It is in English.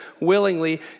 willingly